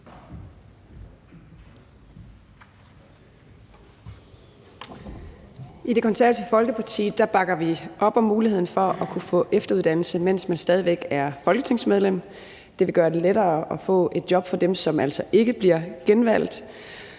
I Det Konservative Folkeparti bakker vi op om muligheden for at kunne få efteruddannelse, mens man stadig væk er folketingsmedlem. Det vil gøre det lettere at få et job for dem, som altså ikke bliver genvalgt.